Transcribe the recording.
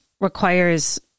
requires